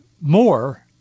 more